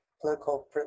political